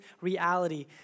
reality